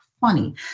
funny